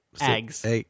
Eggs